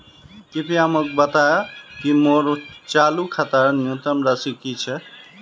कृपया मोक बता कि मोर चालू खातार न्यूनतम राशि की छे